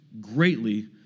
greatly